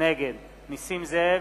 נגד נסים זאב,